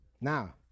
Now